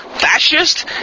Fascist